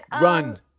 run